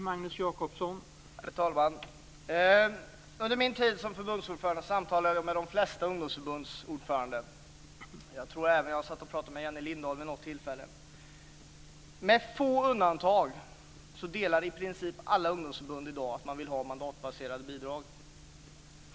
Herr talman! Under min tid som förbundsordförande samtalade jag med de flesta ungdomsförbunds ordföranden. Jag tror även att jag satt och pratade med Jenny Lindahl vid något tillfälle. Med få undantag delar i princip alla ungdomsförbund i dag uppfattningen att man vill ha mandatbaserade bidrag.